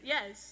Yes